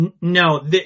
No